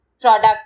product